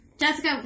Jessica